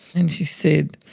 and she said,